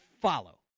follow